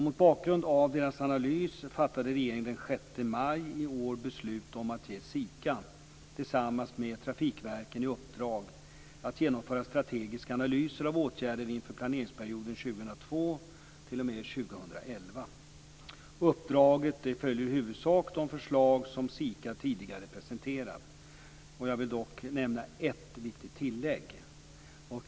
Mot bakgrund av deras analys fattade regeringen den 6 maj i år beslut om att ge SIKA tillsammans med trafikverken i uppdrag att genomföra strategiska analyser av åtgärder inför planeringsperioden 2002 2011. Uppdraget följer i huvudsak de förslag som SIKA tidigare presenterat. Jag vill dock göra ett viktigt tillägg.